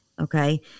Okay